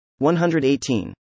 118